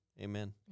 amen